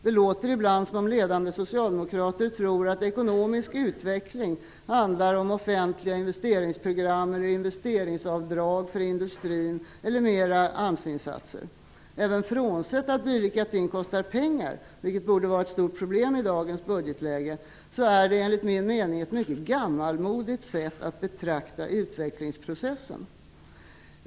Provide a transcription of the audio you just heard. Det låter ibland som om ledande socialdemokrater tror att ekonomisk utveckling handlar om offentliga investeringsprogram, investeringsavdrag för industrin eller mera AMS-insatser. Även frånsett att dylika ting kostar pengar, vilket borde vara ett stort problem i dagens budgetläge, är det enligt min mening ett mycket gammalmodigt sätt att betrakta utvecklingsprocessen.